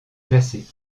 classée